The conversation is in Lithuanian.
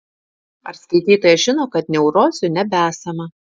ar skaitytojas žino kad neurozių nebesama